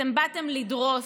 אתם באתם לדרוס,